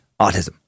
autism